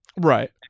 right